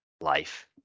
life